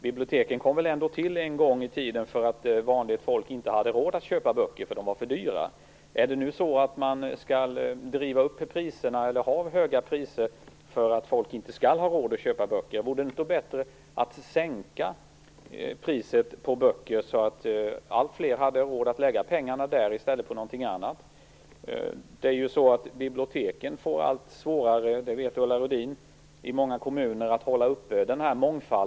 Biblioteken kom väl ändå en gång i tiden till för att vanligt folk inte hade råd att köpa böcker, eftersom de var för dyra. Skall priserna nu drivas upp för att folk inte skall ha råd att köpa böcker? Vore det inte bättre att sänka priset på böcker, så att alltfler hade råd att lägga pengarna där i stället för på någonting annat? Biblioteken i många kommuner får allt svårare med den mångfald som vi alla värdesätter.